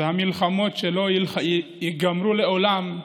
והמלחמות שלא ייגמרו לעולם,